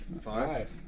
Five